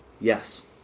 yes